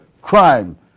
crime